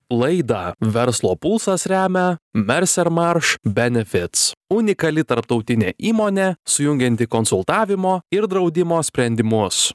laidą verslo pulsas remia merser marš benefits unikali tarptautinė įmonė sujungianti konsultavimo ir draudimo sprendimus